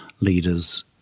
leaders